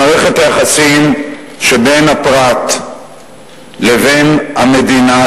במערכת היחסים שבין הפרט לבין המדינה,